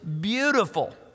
beautiful